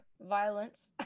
violence